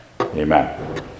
Amen